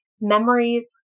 memories